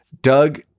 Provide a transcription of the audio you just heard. Doug